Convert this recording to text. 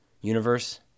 universe